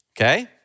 Okay